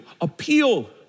appeal